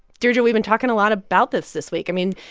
deirdre, we've been talking a lot about this this week. i mean,